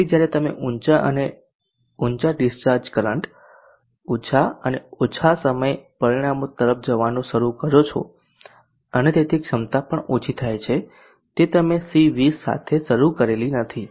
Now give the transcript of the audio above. તેથી જ્યારે તમે ઊંચા અને ઊંચા ડિસ્ચાર્જ કરંટ ઓછા અને ઓછા સમય પરિણામો તરફ જવાનું શરૂ કરો છો અને તેથી ક્ષમતા પણ ઓછી થાય છે તે તમે C20 સાથે શરૂ કરેલી નથી